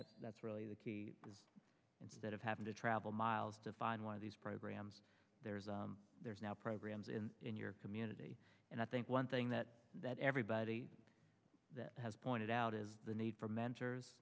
that that's really the key instead of having to travel miles to find one of these programs there's now programs in in your community and i think one thing that that everybody that has pointed out is the need for mentors